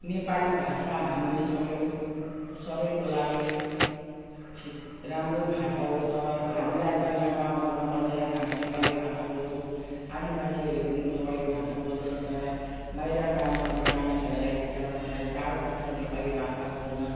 नेपाली भाषा हामी सबैको सबैको लागि ठिक राम्रो भाषा हो तर हामीलाई त यहाँ गाउँ घरमा बसेर हामी नेपाली भाषा बोल्छौँ आदिवासीहरूले पनि नेपाली भाषा बोल्छन् तर बाहिर काम गर्नु जानेहरूलाई बिचाराहरूलाई साह्रो पर्छ नेपाली भाषा बोल्न